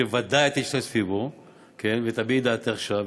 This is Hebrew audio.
שבוודאי את תשתתפי בו ותביעי את דעתך שם,